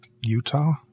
Utah